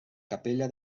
capella